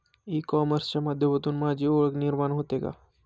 E कॉमर्सच्या माध्यमातून माझी ओळख निर्माण होते का?